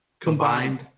Combined